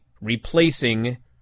replacing